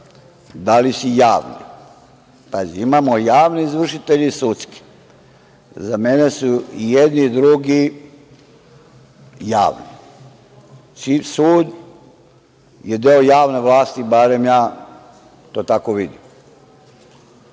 da li si javni. Pazi, imamo javne izvršitelje i sudske. Za mene su i jedni i drugi javni. Sud je deo javne vlasti, barem ja to tako vidim.